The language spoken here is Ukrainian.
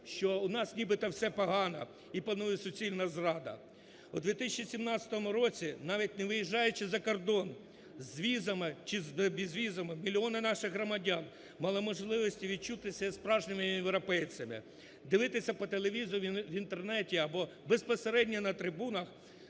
що у нас нібито все погано і панує суцільна зрада. У 2017 році, навіть не виїжджаючи за кордон з візами чи з безвізом, мільйони наших громадян мали можливість відчути себе справжніми європейцями, дивитися по телевізору або в Інтернеті, або безпосередньо на трибунах